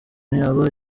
aba